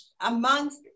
amongst